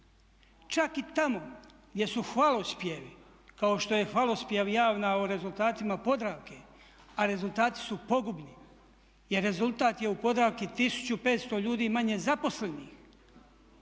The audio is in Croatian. Čak i tamo gdje su hvalospjevi, kao što je hvalospjev javna o rezultatima Podravke, a rezultati su pogubni i rezultat je u Podravki 1500 ljudi manje zaposlenih